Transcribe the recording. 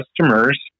customers